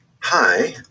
Hi